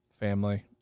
family